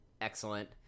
Excellent